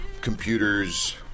computers